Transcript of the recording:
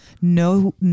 no